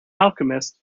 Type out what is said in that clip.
alchemist